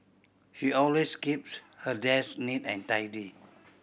she always keeps her desk neat and tidy